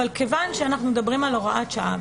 אבל מכיוון שאנחנו מדברים על הוראת שעה,